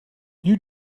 you